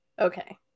Okay